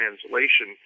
translation